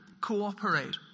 cooperate